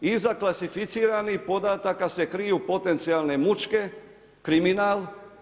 Iza klasificiranih podataka se kriju potencijalne mučke, kriminal.